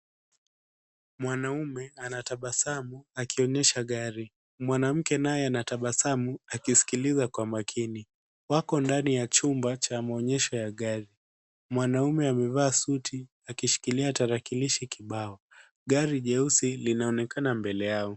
Mwanaume anatabasamu akionyesha gari. Mwanamke naye anatabasamu akisikiliza kwa makini. Wako ndani ya chumba cha maonyesho ya gari. Mwanaume amevaa suti akishikilia tarakilishi kibao. Gari jeusi linaonekana mbele yao.